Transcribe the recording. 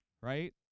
Right